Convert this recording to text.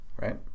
right